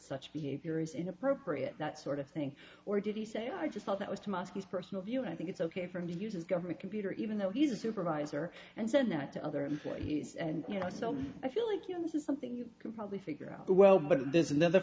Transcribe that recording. such behavior is inappropriate that sort of thing or did he say i just thought that was to muskies personal view i think it's ok for him to use his government computer even though he's a supervisor and said that to other employees and you know so i feel like you know this is something you can probably figure out well but there's another